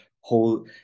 whole